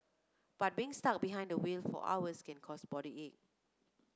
but being stuck behind the wheel for hours can cause body ache